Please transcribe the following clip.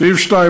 סעיף 2,